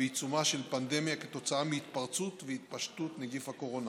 בעיצומה של פנדמיה כתוצאה מהתפרצות והתפשטות נגיף הקורונה.